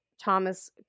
Thomas